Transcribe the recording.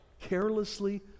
carelessly